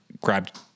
grabbed